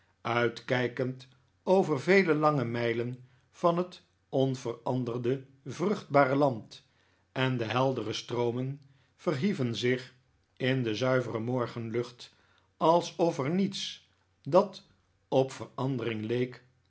uitkijkend over vele lange mijlen van het onveranderde vruchtbare land en de heldere stroomen verhieven zich in de zuivere morgerilucht alsof er niets dat op verandering leek